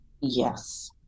yes